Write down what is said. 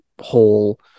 whole